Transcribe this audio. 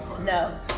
No